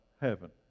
heaven